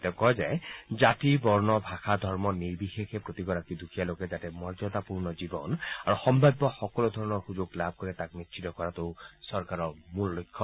তেওঁ কয় যে জাতি বৰ্ণ ভাষা ধৰ্ম নিৰ্বিশেষে প্ৰতিগৰাকী দুখীয়া লোকে যাতে মৰ্যাদাপূৰ্ণ জীৱন আৰু সম্ভাৱ্য সকলোধৰণৰ সুযোগ লাভ কৰে তাক নিশ্চিত কৰাটো চৰকাৰৰ মূল লক্ষ্য